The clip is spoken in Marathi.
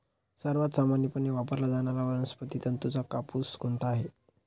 सर्वात सामान्यपणे वापरला जाणारा वनस्पती तंतूचा कापूस कोणता आहे?